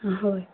ꯑꯥ ꯍꯣꯏ